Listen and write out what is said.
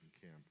camp